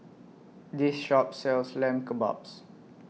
This Shop sells Lamb Kebabs